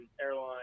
airline